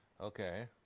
Okay